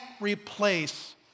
replace